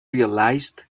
realized